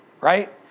right